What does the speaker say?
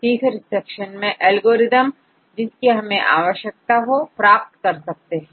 तीसरे सेक्शन में एल्गोरिदम जिसकी हमें आवश्यकता हो प्राप्त कर सकते हैं